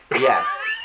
Yes